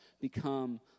become